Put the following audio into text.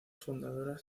fundadoras